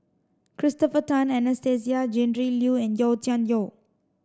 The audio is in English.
Christopher Tan Anastasia Tjendri Liew and Yau Tian Yau